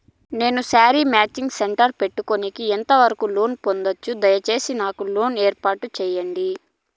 నేను sari matching centre పెట్టుకునేకి ఎంత వరకు లోను పొందొచ్చు? దయసేసి నాకు లోను ఏర్పాటు సేయండి?